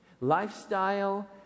Lifestyle